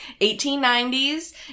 1890s